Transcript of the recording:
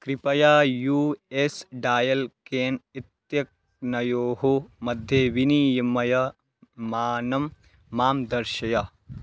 कृपया U S डायल् केन् इत्यनयोः मध्ये विनिमयमानं मां दर्शय